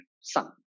son